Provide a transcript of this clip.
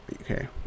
Okay